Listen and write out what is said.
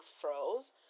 froze